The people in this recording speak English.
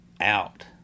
out